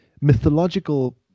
mythological